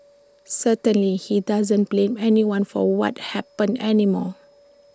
certainly he doesn't blame anyone for what happened anymore